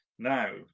Now